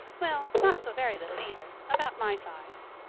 well, not so very little either about my size.